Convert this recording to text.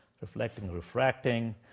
reflecting-refracting